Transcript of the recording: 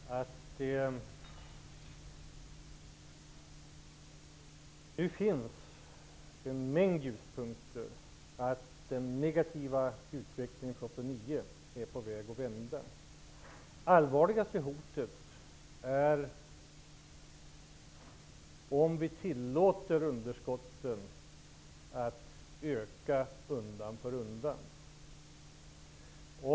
Herr talman! Jag upprepar för Hans Andersson att det nu finns en mängd ljuspunkter, dvs. att den negativa utvecklingen från 1989 är på väg att vända. Det allvarligaste hotet är om vi tillåter underskotten att öka undan för undan.